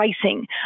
pricing